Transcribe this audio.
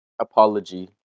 apology